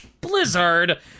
Blizzard